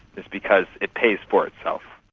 is because it pays for itself.